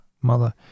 mother